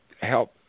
help